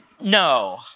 No